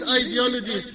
ideology